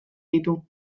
ditu